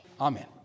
Amen